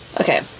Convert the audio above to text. Okay